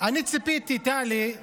האויב הוא לא מיעוט.